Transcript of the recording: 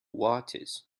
watches